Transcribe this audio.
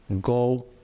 go